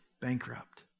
bankrupt